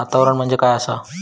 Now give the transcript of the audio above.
वातावरण म्हणजे काय असा?